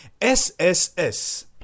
SSS